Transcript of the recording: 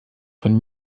von